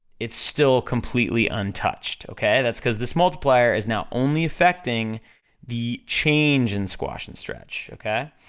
it's still completely untouched, okay? that's cause this multiplier is now only effecting the change in squash and stretch, okay?